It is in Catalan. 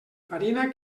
farina